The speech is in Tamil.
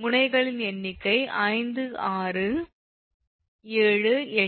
முனைகளின் எண்ணிக்கை 5 6 7 8